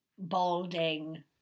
balding